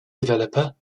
developer